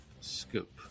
scoop